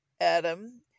Adam